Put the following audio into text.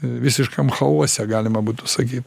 visiškam chaose galima būtų sakyt